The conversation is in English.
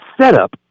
setup